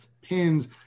pins